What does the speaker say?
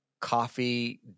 coffee